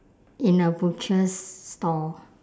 in a butcher's store